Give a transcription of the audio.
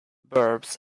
verbs